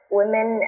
women